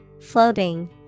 floating